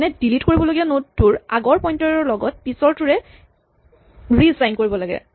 মানে ডিলিট কৰিবলগীয়া নড টোৰ আগৰ পইন্টাৰ ৰ লগত পিছৰ টো ৰি এচাইন কৰিব লাগে